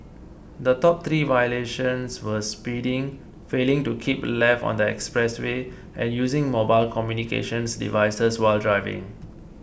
the top three violations were speeding failing to keep left on the express way and using mobile communications devices while driving